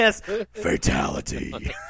Fatality